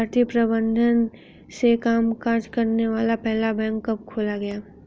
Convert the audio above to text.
भारतीय प्रबंधन से कामकाज करने वाला पहला बैंक कब खोला गया?